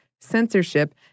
censorship